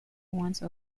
once